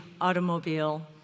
automobile